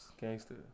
Gangster